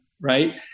Right